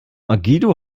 guido